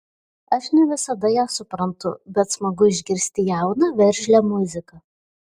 aš ne visada ją suprantu bet smagu išgirsti jauną veržlią muziką